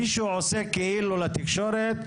מישהו עושה כאילו לתקשורת,